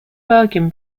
bargain